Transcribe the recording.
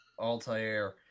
Altair